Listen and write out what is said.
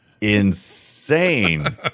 insane